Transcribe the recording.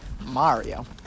Mario